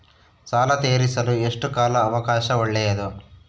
ಸಾಲ ತೇರಿಸಲು ಎಷ್ಟು ಕಾಲ ಅವಕಾಶ ಒಳ್ಳೆಯದು?